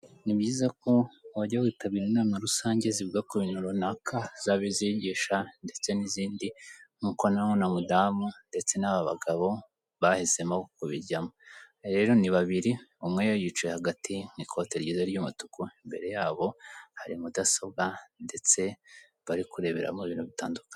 Ni byiza ko wajya witabira inama rusange zivuga ku bintu runaka. Zaba izigisha ndetse n'izindi nk'uko n' uno mudamu ndetse n'aba bagabo bahisemo kubijyamo. Rero ni babiri umwe yicaye hagati n'ikote ryiza ry'umutuku; imbere yabo hari mudasobwa ndetse bari kureberamo ibintu bitandukanye.